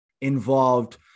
involved